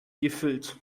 gefüllt